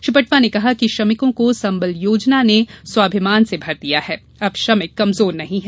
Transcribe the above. श्री पटवा ने कहा कि श्रमिकों को संबल योजना ने स्वाभिमान से भर दिया अब श्रमिक कमजोर नहीं हैं